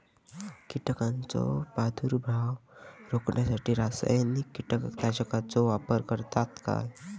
कीटकांचो प्रादुर्भाव रोखण्यासाठी रासायनिक कीटकनाशकाचो वापर करतत काय?